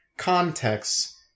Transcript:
context